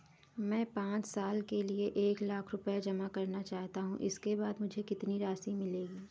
मैं पाँच साल के लिए एक लाख रूपए जमा करना चाहता हूँ इसके बाद मुझे कितनी राशि मिलेगी?